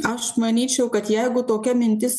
aš manyčiau kad jeigu tokia mintis